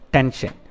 Tension